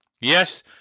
Yes